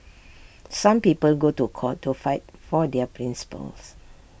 some people go to court to fight for their principles